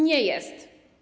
Nie jest.